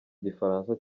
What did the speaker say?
gifaransa